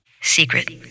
secret